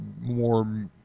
more